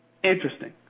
Interesting